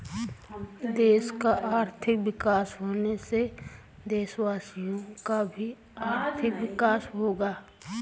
देश का आर्थिक विकास होने से देशवासियों का भी आर्थिक विकास होगा